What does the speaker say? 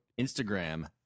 Instagram